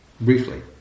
briefly